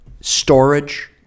storage